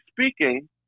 speaking